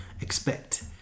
expect